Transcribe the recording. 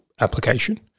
application